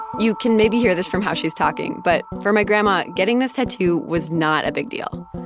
you can maybe hear this from how she's talking, but for my grandma getting this tattoo was not a big deal.